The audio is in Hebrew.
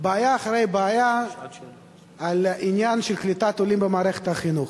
לבעיה אחרי בעיה בעניין של קליטת עולים במערכת החינוך.